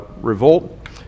revolt